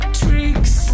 tricks